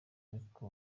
ariko